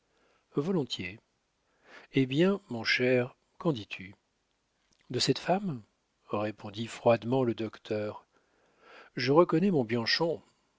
volontiers eh bien mon cher qu'en dis-tu de cette femme répondit froidement le docteur je reconnais mon bianchon